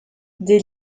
des